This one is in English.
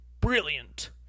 brilliant